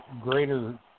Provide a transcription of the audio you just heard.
greater